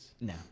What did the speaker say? No